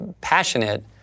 passionate